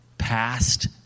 past